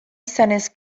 izanez